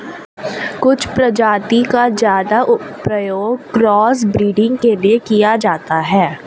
कुछ प्रजाति का ज्यादा प्रयोग क्रॉस ब्रीडिंग के लिए किया जाता है